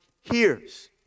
hears